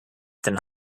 than